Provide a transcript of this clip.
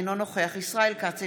אינו נוכח ישראל כץ,